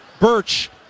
Birch